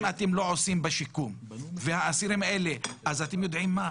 אם אתם לא עושים בשיקום, אז אתם יודעים מה?